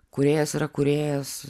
kūrėjas yra kūrėjas